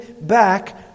back